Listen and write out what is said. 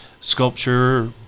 sculpture